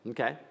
Okay